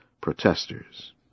protesters